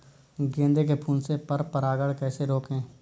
गेंदे के फूल से पर परागण कैसे रोकें?